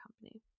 company